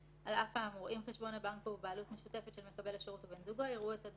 גם אימות וגם הצהרה בחתימת מקור כשזה בתנאי כללי